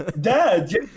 Dad